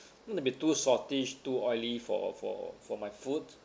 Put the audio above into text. not to be too salty-ish too oily for for for my food